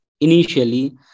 initially